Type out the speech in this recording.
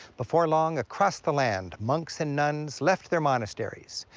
before long, across the land, monks and nuns left their monasteries,